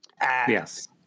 Yes